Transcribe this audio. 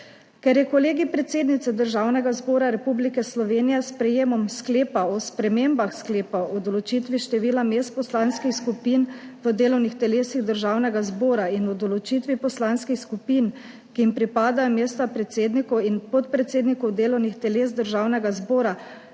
Ker je Kolegij predsednice Državnega zbora Republike Slovenije s sprejetjem Sklepa o spremembah Sklepa o določitvi števila mest poslanskih skupin v delovnih telesih Državnega zbora in o določitvi poslanskih skupin, ki jim pripadajo mesta predsednikov in podpredsednikov delovnih teles Državnega zbora,